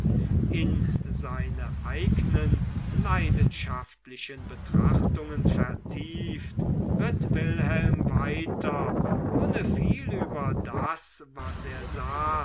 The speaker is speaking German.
in seine eignen leidenschaftlichen betrachtungen vertieft ritt wilhelm weiter ohne viel über das was er sah